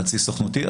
חצי סוכנותי,